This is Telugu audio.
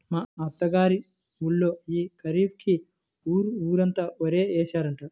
మా అత్త గారి ఊళ్ళో యీ ఖరీఫ్ కి ఊరు ఊరంతా వరే యేశారంట